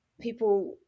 people